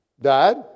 died